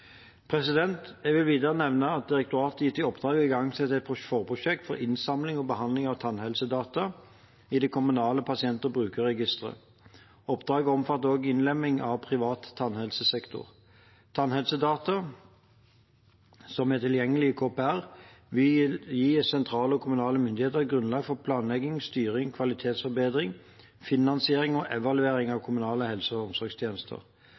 Jeg vil videre nevne at direktoratet er gitt i oppdrag å igangsette et forprosjekt for innsamling og behandling av tannhelsedata i Kommunalt pasient- og brukerregister, KPR. Oppdraget omfatter også innlemming av privat tannhelsesektor. Tannhelsedata som er tilgjengelig i KPR, vil gi sentrale og kommunale myndigheter grunnlag for planlegging, styring, kvalitetsforbedring, finansiering og evaluering av kommunale helse- og omsorgstjenester.